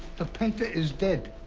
the painter is dead.